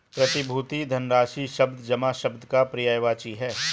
प्रतिभूति धनराशि शब्द जमा शब्द का पर्यायवाची है